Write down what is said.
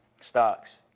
stocks